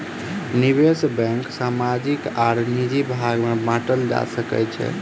निवेश बैंक सामाजिक आर निजी भाग में बाटल जा सकै छै